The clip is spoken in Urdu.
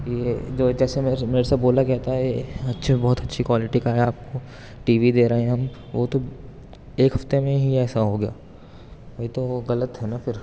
یہ جیسے میرے سے بولا گیا تھا اچھے بہت اچھی کوالٹی کا ہے آپ ٹی وی دے رہے ہیں ہم وہ تو ایک ہفتے میں ہی ایسا ہوگیا یہ تو وہ غلط ہے نا پھر